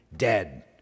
Dead